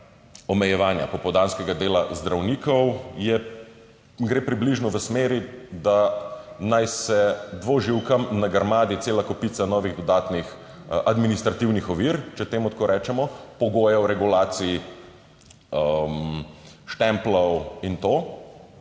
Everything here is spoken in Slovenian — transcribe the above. omejevanja popoldanskega dela zdravnikov gre približno v smeri, da naj se dvoživkam nagrmadi cela kopica novih dodatnih administrativnih ovir, če temu tako rečemo, pogojev regulacij, štempljev in to,